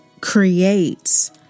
creates